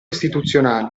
istituzionali